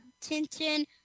Tintin